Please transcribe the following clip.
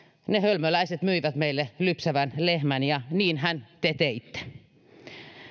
ne hölmöläiset myivät meille lypsävän lehmän ja niinhän te teitte